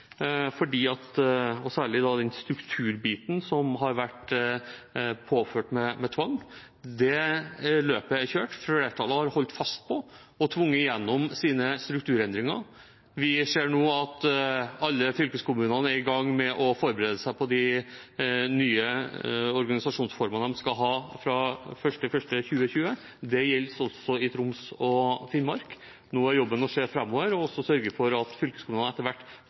og særlig da strukturbiten, som har vært påført med tvang. Det løpet er kjørt. Flertallet har holdt fast ved og tvunget gjennom sine strukturendringer. Vi ser nå at alle fylkeskommunene er i gang med å forberede seg på de nye organisasjonsformene de skal ha fra 1. januar 2020. Det gjelder også i Troms og Finnmark. Nå er jobben å se framover og sørge for at fylkeskommunene etter hvert